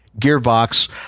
Gearbox